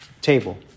table